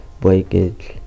breakage